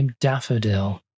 Daffodil